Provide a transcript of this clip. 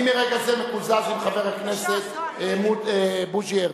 אני מרגע זה מקוזז עם חבר הכנסת בוז'י הרצוג.